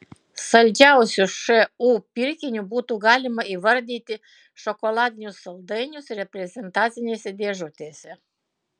saldžiausiu šu pirkiniu būtų galima įvardyti šokoladinius saldainius reprezentacinėse dėžutėse